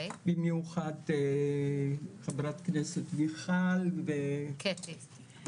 במיוחד ח"כ מיכל וקטי.